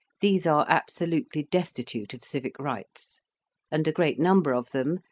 these are absolutely destitute of civic rights and a great number of them,